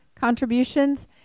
contributions